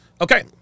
Okay